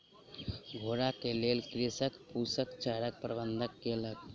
घोड़ा के लेल कृषक फूसक चाराक प्रबंध केलक